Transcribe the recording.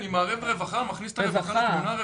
אני מערב רווחה, מכניס את הרווחה לתמונה.